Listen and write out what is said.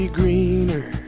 greener